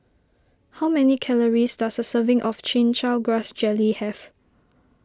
how many calories does a serving of Chin Chow Grass Jelly have